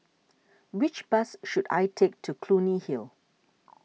which bus should I take to Clunny Hill